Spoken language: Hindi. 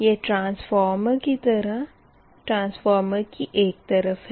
यह ट्रांसफॉर्मर की एक तरफ़ है